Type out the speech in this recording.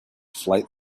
flight